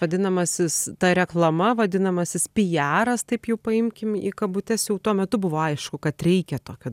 vadinamasis ta reklama vadinamasis pijaras taip jau paimkim į kabutes jau tuo metu buvo aišku kad reikia tokio